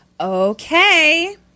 Okay